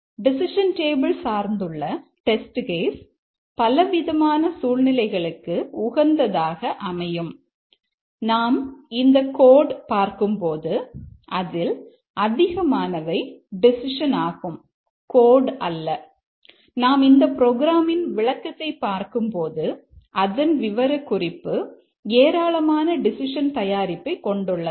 decision table தயாரிப்பை கொண்டுள்ளது